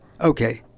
okay